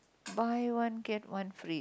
buy one get one free